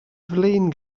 flin